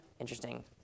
interesting